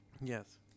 Yes